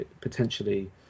potentially